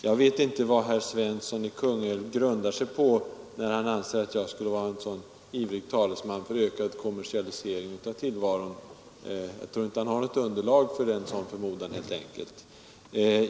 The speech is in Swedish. Jag vet inte vad herr Svensson i Kungälv stöder sig på, när han anser att jag skulle vara en så ivrig talesman för ökad kommersialisering. Jag tror att han helt enkelt inte har något underlag för en sådan förmodan.